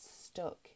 stuck